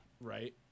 Right